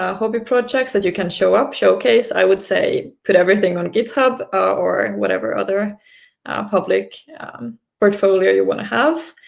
ah hobby projects that you can show up, showcase, i would say put everything on github or whatever other public portfolio you want to have.